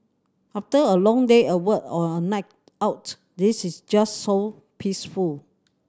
after a long day at work or a night out this is just so peaceful